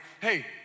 hey